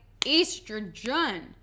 estrogen